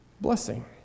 blessing